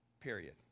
Period